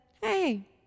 hey